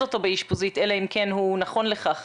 אותו באשפוזית אלא אם כן הוא נכון לכך.